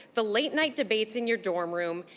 the late night debates in your dorm room,